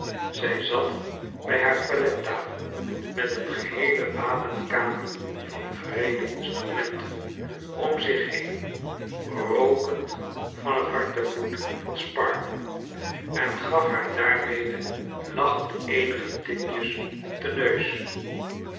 zij zat bij laaar toilettafel met een geheele wapenkamer van wreede instrumenten om zich heen rookend van het hartebloed van sparkler en gaf haar daarmede lachend eenige tikjes op den neus